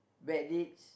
bad deeds